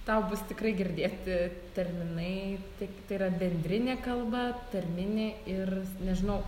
tau bus tikrai girdėti terminai tik tai yra bendrinė kalba tarminė ir nežinau